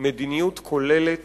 מדיניות כוללת